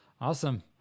Awesome